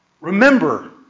remember